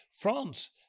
France